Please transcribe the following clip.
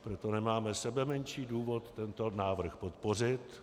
Proto nemáme sebemenší důvod tento návrh nepodpořit.